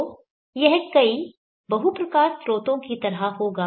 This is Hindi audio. तो यह कई बहु प्रकार स्रोतों की तरह होगा